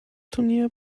turnier